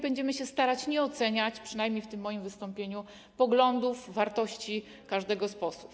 Będziemy się starać nie oceniać, przynajmniej w tym moim wystąpieniu, poglądów, wartości każdego z posłów.